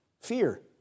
fear